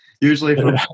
Usually